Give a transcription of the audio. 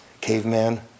caveman